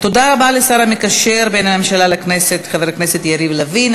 תודה רבה לשר המקשר בין הממשלה לכנסת חבר הכנסת יריב לוין.